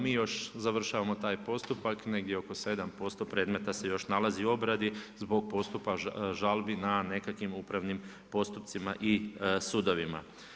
Mi još završavamo taj postupak, negdje oko 7% predmeta se nalazi u obradi zbog postupka žalbi na nekakvih upravnim postupcima i sudovima.